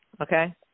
okay